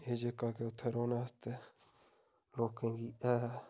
एह् जेह्का कि उत्थें रौह्ने आस्तै लोकें गी ऐ